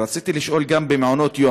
רציתי לשאול גם על מעונות-יום: